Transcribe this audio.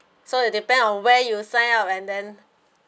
so it depends on where you sign up and then